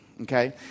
okay